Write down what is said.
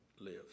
lives